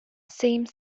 same